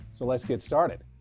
so let's get started.